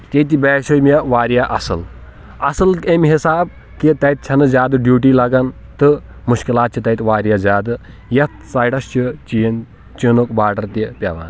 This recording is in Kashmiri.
ییٚتہِ باسیٚو مےٚ واریاہ اصل اصل امہِ حساب کہِ تتہِ چھنہٕ زیادٕ ڈیٚوٹی لگان تہٕ مشکلات چھِ تتہِ واریاہ زیادٕ یتھ سایٚڈس چھ چین چینُک باڈر تہِ پٮ۪وان